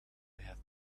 have